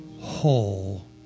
whole